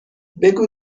بگو